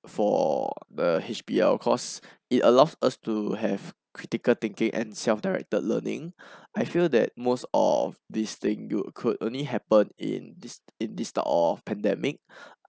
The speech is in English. for the H_B_L cause it allows us to have critical thinking and self directed learning I feel that most of this thing you could only happen in this in this type of pandemic